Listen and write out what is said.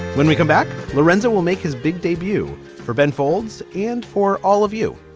when we come back, lorenzo will make his big debut for ben folds. and for all of you.